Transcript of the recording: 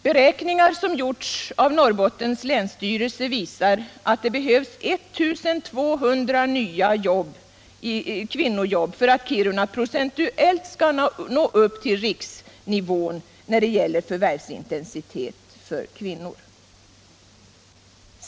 Beräkningar som har gjorts av Norrbottens länsstyrelse visar att det behövs 1 200 nya kvinnojobb för att Kiruna procentuellt skall nå upp = Nr 24 till riksnivån när det gäller förvärvsintensitet för kvinnor.